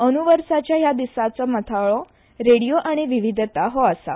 अंद्रं वर्साच्या ह्या दिसाचो माथाळो रेडियो आनी विविधता हो आसा